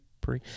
pre